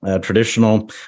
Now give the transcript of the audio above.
traditional